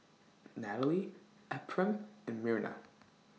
Nathalie Ephram and Myrna